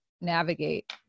navigate